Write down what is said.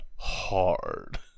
Hard